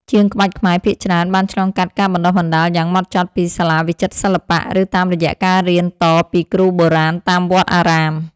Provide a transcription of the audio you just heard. ជាងក្បាច់ខ្មែរភាគច្រើនបានឆ្លងកាត់ការបណ្ដុះបណ្ដាលយ៉ាងហ្មត់ចត់ពីសាលាវិចិត្រសិល្បៈ ឬតាមរយៈការរៀនតពីគ្រូបុរាណតាមវត្តអារាម។